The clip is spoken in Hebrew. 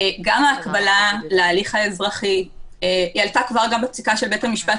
גם ההקבלה להליך האזרחי עלתה כבר גם בפסיקה של בית המשפט